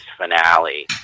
finale